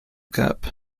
cup